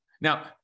now